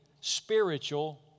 spiritual